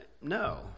No